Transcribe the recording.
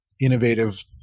innovative